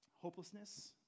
hopelessness